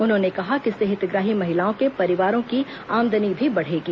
उन्होंने कहा कि इससे हितग्राही महिलाओं के परिवारों की आमदनी भी बढ़ेगी